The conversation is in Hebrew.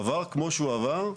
עבר כמו שהוא עבר,